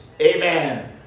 Amen